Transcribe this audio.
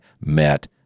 met